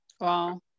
wow